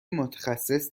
متخصص